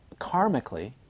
karmically